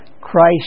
Christ